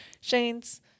Shane's